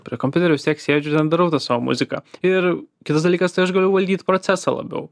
prie kompiuterio vis tiek sėdžiu ten darau tą savo muziką ir kitas dalykas tai aš galiu valdyt procesą labiau